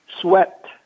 swept